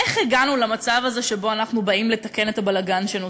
איך הגענו למצב הזה שבו אנחנו באים לתקן את הבלגן שנוצר.